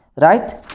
right